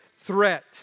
threat